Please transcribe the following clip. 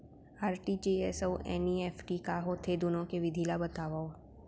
RTGS अऊ NEFT का होथे, दुनो के विधि ला बतावव